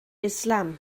islam